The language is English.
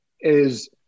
is-